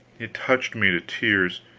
it touched me to tears,